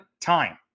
time